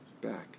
back